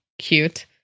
Cute